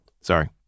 sorry